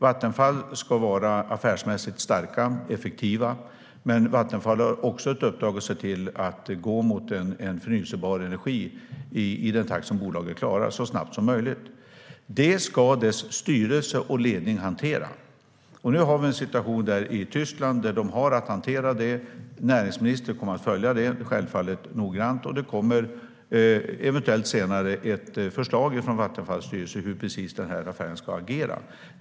Vattenfall ska vara affärsmässigt starka och effektiva, men Vattenfall har också ett uppdrag att se till att gå mot en förnybar energi i den takt som bolaget klarar så snabbt som möjligt. Det ska dess styrelse och ledning hantera. Nu har vi en situation där man har att hantera detta i Tyskland. Näringsministern kommer självfallet att följa detta noggrant, och det kommer eventuellt senare ett förslag från Vattenfalls styrelse på precis hur man ska agera i affären.